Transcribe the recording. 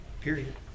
Period